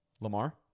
Lamar